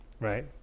Right